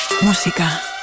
Música